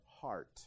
heart